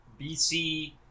bc